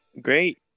Great